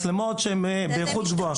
מצלמות שהן באיכות גבוהה.